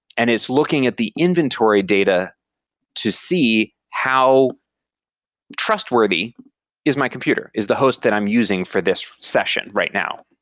and is looking at the inventory data to see how trustworthy is my computer is the host that i'm using for this session right now